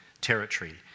territory